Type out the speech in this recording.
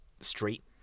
street